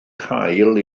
cael